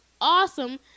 awesome